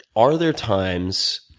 are there times